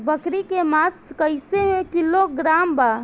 बकरी के मांस कईसे किलोग्राम बा?